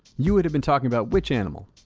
you would have been talking about which animal?